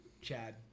Chad